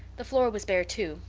the floor was bare, too,